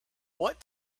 what